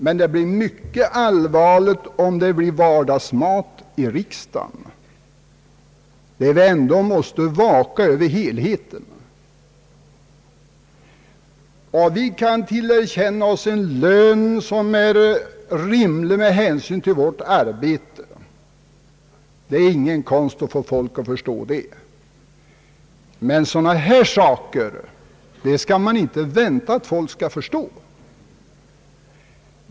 Men det blir mycket allvarligt om detta blir vardagsmat även i riksdagen, där vi ändå måste vaka över helheten. Vi kan tillerkänna oss en lön, som är rimlig med hänsyn till vårt arbete. Det är ingen konst att få folk att förstå det, men sådana här saker skall man inte vänta att folk skall förstå.